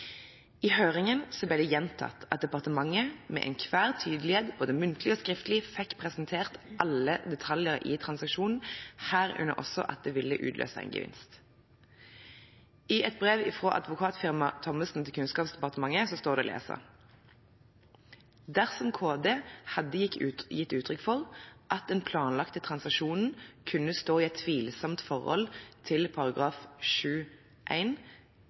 I høringen ble det gjentatt at departementet med enhver tydelighet, både muntlig og skriftlig, fikk presentert alle detaljer i transaksjonen, herunder også at det ville utløse en gevinst. I et brev fra Advokatfirmaet Thommessen til Kunnskapsdepartementet står det å lese: «Dersom KD hadde gitt uttrykk for at den planlagte transaksjonen kunne stå i et tvilsomt forhold til